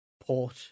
port